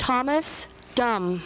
thomas dumb